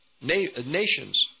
nations